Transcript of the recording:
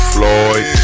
Floyd